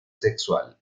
sexual